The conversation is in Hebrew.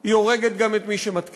היא הורגת גם את מי שמתקיף.